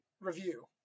review